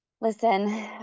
listen